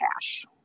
cash